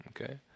okay